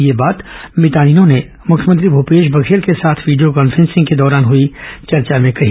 यह बात मितानिनों ने मुख्यमंत्री भूपेश बघेल के साथ वीडियो कान्फ्रेंसिंग के दौरान हई चर्चा में कही